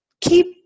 keep